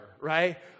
right